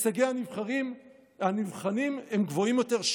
הישגי הנבחנים גבוהים יותר.